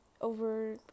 over